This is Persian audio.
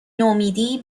نومیدی